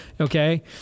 Okay